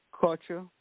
culture